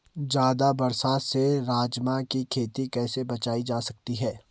ज़्यादा बरसात से राजमा की खेती कैसी बचायी जा सकती है?